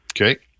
Okay